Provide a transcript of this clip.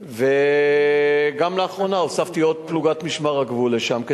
גם לאחרונה הוספתי עוד פלוגת משמר הגבול לשם,